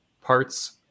parts